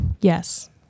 Yes